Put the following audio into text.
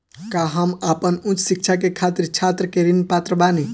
का हम आपन उच्च शिक्षा के खातिर छात्र ऋण के पात्र बानी?